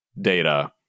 data